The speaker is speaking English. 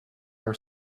our